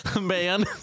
man